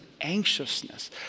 anxiousness